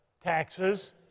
taxes